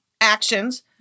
actions